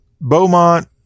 Beaumont